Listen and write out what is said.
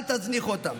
אל תזניחו אותם.